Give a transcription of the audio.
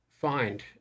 find